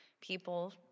people